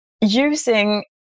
using